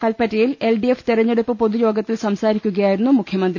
കൽപറ്റയിൽ LDF തെരെഞ്ഞെട്ടുപ്പ് പൊതു യോഗ ത്തിൽ സംസാരിക്കുകയായിരുന്നു മുഖ്യമന്ത്രി